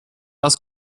was